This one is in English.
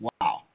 Wow